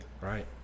right